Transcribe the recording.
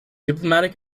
diplomatic